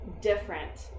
different